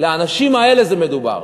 באנשים האלה מדובר.